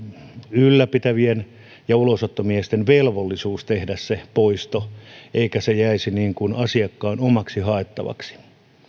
ylläpitävien ja ulosottomiesten velvollisuus tehdä se poisto eikä se jäisi asiakkaan omaksi haettavaksi